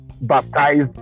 baptized